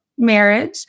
marriage